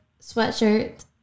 sweatshirt